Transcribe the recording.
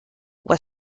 was